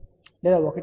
1 GHz లేదా 1